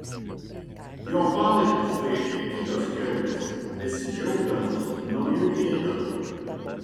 jo palaikus suėdė kitos kiaulės besidžiaugdamos nauju ėdalu